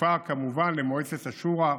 שכפופה כמובן למועצת השורא,